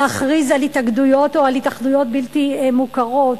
להכריז על התאגדויות או על התאחדויות בלתי מוכרות,